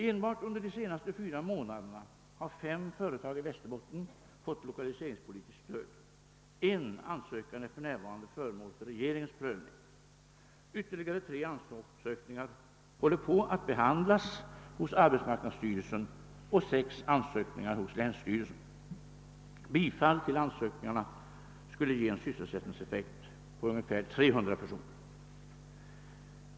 Enbart under de fyra senaste månaderna har fem företag i Västerbotten fått lokaliseringspolitiskt stöd. En ansökan är för närvarande föremål för regeringens prövning. Ytterligare tre ansökningar håller på att behandlas hos arbetsmarknadsstyrelsen och sex ansökningar hos länsstyrelsen. Bifall till ansökningarna skulle ge en sysselsättningseffekt på ungefär 300 personer.